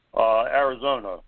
Arizona